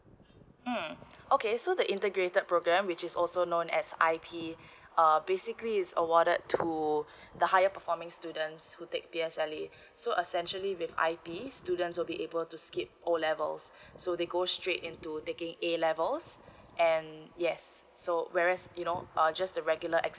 mm okay so the integrated program which is also known as I_P uh basically is awarded to the higher performing students who take P_S_L_E so essentially with I_P students will be able to skip O levels so they go straight into taking A levels and yes so whereas you know ah just the regular ex~